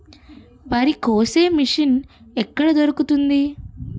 వరి కోసే మిషన్ ఎక్కడ దొరుకుతుంది?